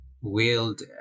wield